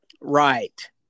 Right